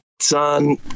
son